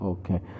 Okay